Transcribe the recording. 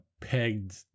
pegged